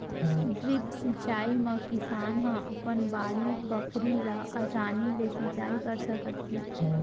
drip सिंचई म किसान ह अपन बाड़ी बखरी ल असानी ले सिंचई कर सकत हे